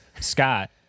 Scott